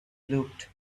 looked